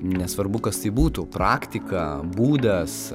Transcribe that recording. nesvarbu kas tai būtų praktika būdas